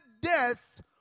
death